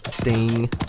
ding